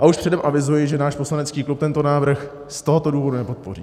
A už předem avizuji, že náš poslanecký klub tento návrh z tohoto důvodu nepodpoří.